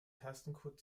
tastencode